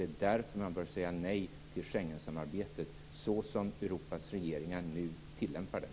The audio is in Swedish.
Det är därför man bör säga nej till Schengensamarbetet, såsom Europas regeringar nu tillämpar det.